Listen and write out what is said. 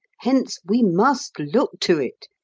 hence we must look to it!